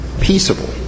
peaceable